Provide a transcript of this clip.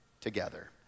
together